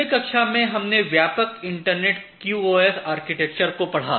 पिछले कक्षा में हमने व्यापक internet Q O S architecture को पढ़ा